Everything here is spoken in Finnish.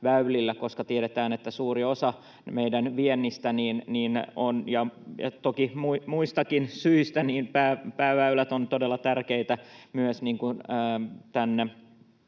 koska tiedetään, että suuri osa meidän viennistä on siellä. Toki muistakin syistä pääväylät ovat todella tärkeitä, myös